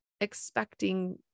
expecting